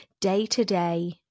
day-to-day